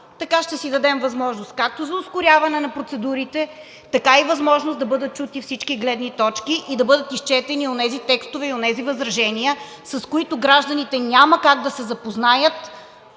Така ще си дадем възможност както за ускоряване на процедурите, така и възможност да бъдат чути всички гледни точки, да бъдат изчетени онези текстове и онези възражения, с които гражданите няма как да се запознаят